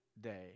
day